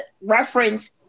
reference